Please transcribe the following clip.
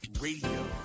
Radio